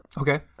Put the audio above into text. Okay